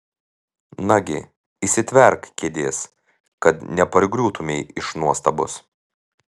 nagi įsitverk kėdės kad nepargriūtumei iš nuostabos